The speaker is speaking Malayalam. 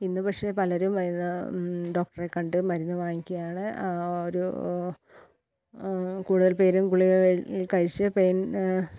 ഇന്ന് പക്ഷെ പലരും ഡോക്ടറെ കണ്ടു മരുന്ന് വാങ്ങിക്കുകയാണ് ഒരു കൂടുതൽ പേരും ഗുളിക കഴിച്ചു പെയിൻ